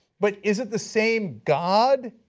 but is it the same god?